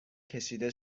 کشیده